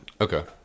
Okay